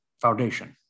foundation